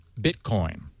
Bitcoin